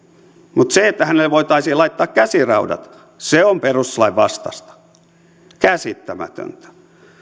mutta se että hänelle voitaisiin laittaa käsiraudat on perustuslain vastaista käsittämätöntä